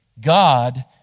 God